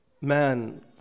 man